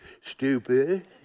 stupid